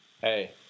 Hey